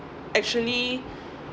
actually